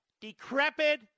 decrepit